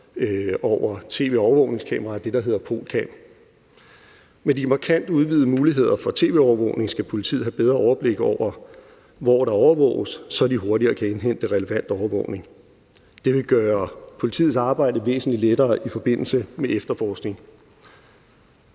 over tv-overvågningskameraer, nemlig det, der hedder POLCAM. Med de markant udvidede muligheder for tv-overvågning skal politiet have bedre overblik over, hvor der overvåges, så de hurtigere kan indhente relevant overvågningsmateriale. Det vil gøre politiets arbejde væsentlig lettere i forbindelse med efterforskning.